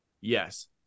yes